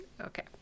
Okay